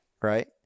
Right